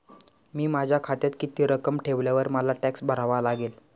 मी माझ्या खात्यात किती रक्कम ठेवल्यावर मला टॅक्स भरावा लागेल?